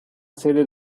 sede